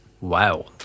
Wow